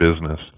business